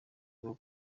bwo